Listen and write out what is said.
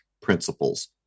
principles